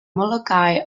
molokai